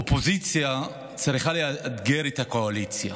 אופוזיציה צריכה לאתגר את הקואליציה